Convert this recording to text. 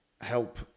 help